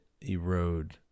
erode